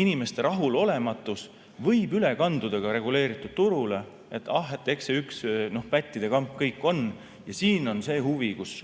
inimeste rahulolematus võib üle kanduda ka reguleeritud turule, et ah, eks see üks pättide kamp kõik ole. Ja siin on see,